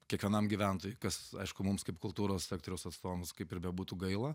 kiekvienam gyventojui kas aišku mums kaip kultūros sektoriaus atstovams kaip ir bebūtų gaila